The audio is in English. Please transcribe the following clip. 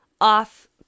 off